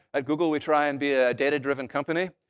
at google, we try and be a data-driven company.